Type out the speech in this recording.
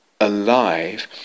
alive